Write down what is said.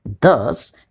Thus